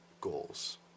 goals